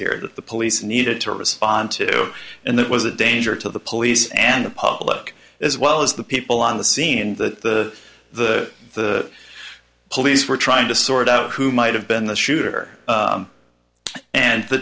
here that the police needed to respond to and that was a danger to the police and the public as well as the people on the scene that the the the police were trying to sort out who might have been the shooter and the